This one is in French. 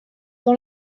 dans